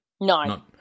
No